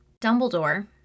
Dumbledore